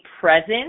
present